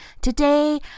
Today